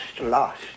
lost